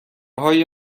های